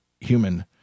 human